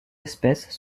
espèces